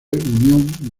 unión